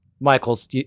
Michael's